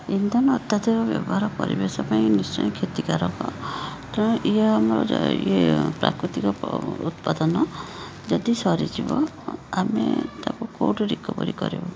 ଇନ୍ଧନ ଅତ୍ୟଧିକ ବ୍ୟବହାର ପରିବେଶ ପାଇଁ ନିଶ୍ଚୟ କ୍ଷତିକାରକ ତେଣୁ ଏହା ଆମର ଜୈବିକ ପ୍ରାକୃତିକ ଉତ୍ପାଦନ ଯଦି ସରି ଯିବ ଆମେ ତାକୁ କେଉଁଠି ରିକୋଭରୀ କରିବୁ